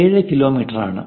7 കിലോമീറ്ററാണ്